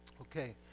okay